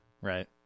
Right